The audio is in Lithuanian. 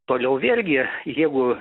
toliau vėlgi jeigu